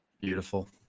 Beautiful